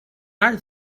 are